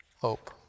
hope